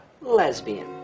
lesbian